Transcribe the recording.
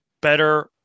better